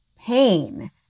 pain